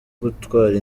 gutwara